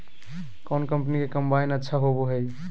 कौन कंपनी के कम्बाइन अच्छा होबो हइ?